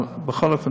אבל בכל אופן,